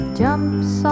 jumps